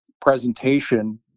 presentation